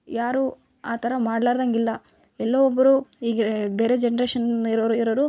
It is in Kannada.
ಯಾರೂ ಆ ಥರ ಮಾಡ್ಲಾರಂಗಿಲ್ಲ ಎಲ್ಲೋ ಒಬ್ಬರು ಹೀಗೆ ಬೇರೆ ಜನರೇಶನ್ ಇರೋರು ಇರೋರು